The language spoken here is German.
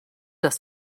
dass